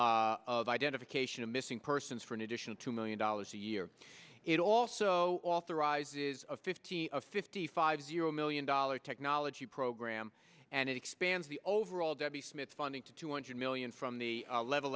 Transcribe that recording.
of identification of missing persons for an additional two million dollars a year it also authorizes a fifty of fifty five zero million dollars technology program and it expands the overall debbie smith funding to two hundred million from the level